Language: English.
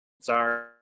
sorry